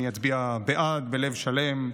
אצביע בעד ובלב שלם,